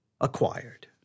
acquired